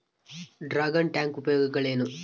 Dragon tank ಉಪಯೋಗಗಳೇನು?